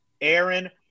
Aaron